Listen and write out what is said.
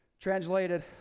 translated